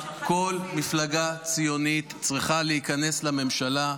כל מפלגה ציונית צריכה להיכנס לממשלה.